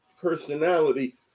personality